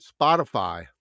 Spotify